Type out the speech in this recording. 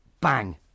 bang